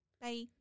Bye